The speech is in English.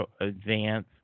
advance